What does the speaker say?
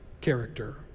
character